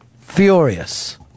Furious